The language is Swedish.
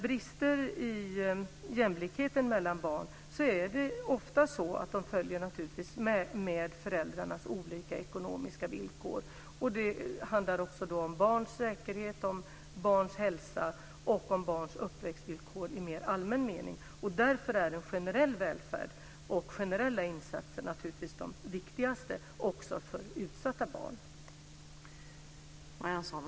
Brister i jämlikheten mellan barn följer naturligtvis ofta med föräldrarnas olika ekonomiska villkor. Det handlar också om barns säkerhet, barns hälsa och barns uppväxtvillkor i mer allmän mening. Därför är generell välfärd och generella insatser viktigast också för utsatta barn.